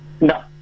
no